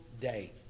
day